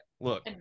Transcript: look